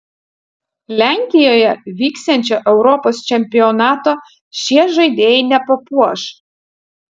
lenkijoje vyksiančio europos čempionato šie žaidėjai nepapuoš